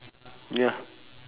ya